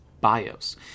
bios